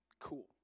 cool